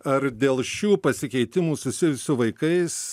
ar dėl šių pasikeitimų susijusių su vaikais